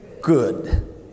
good